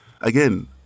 Again